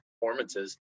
performances